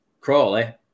Crawley